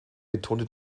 betonte